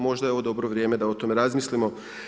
Možda je ovo dobro vrijeme da o tome razmislimo.